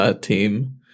Team